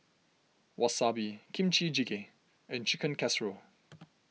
Wasabi Kimchi Jjigae and Chicken Casserole